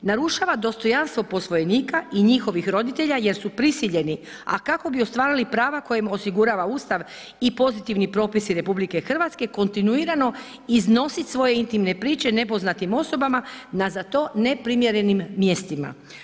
Narušava dostojanstvo posvojenika i njihovih roditelja jer su prisiljeni, a kako bi ostvarili prava koja im osigurava Ustav i pozitivni propisi RH kontinuirano iznosit svoje intimne priče nepoznatim osobama na za to neprimjerenim mjestima.